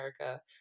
America